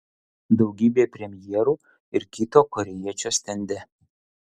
daugybė premjerų ir kito korėjiečio stende